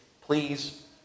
Please